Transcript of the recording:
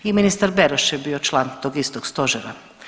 I ministar Beroš je bio član tog istog Stožera.